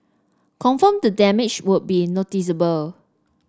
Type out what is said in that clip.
confirm the damage would be noticeable